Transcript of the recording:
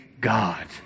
God